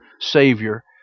Savior